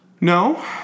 No